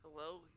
Hello